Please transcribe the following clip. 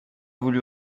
voulu